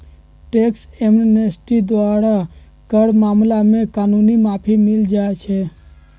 tax amnesty द्वारा कर मामला में कानूनी माफी मिल जाइ छै